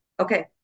okay